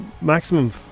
maximum